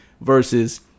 Versus